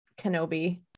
Kenobi